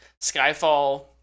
Skyfall